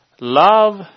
Love